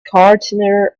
gardener